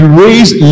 raised